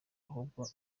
ahubakwa